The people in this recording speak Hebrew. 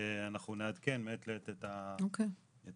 אנחנו נעדכן מעת לעת את הגופים.